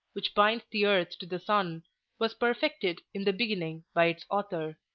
which binds the earth to the sun was perfected in the beginning by its author.